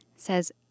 says